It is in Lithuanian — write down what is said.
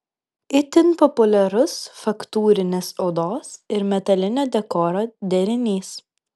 itin populiarus faktūrinės odos ir metalinio dekoro derinys